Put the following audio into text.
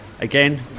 Again